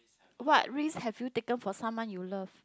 what risk have you taken for someone you love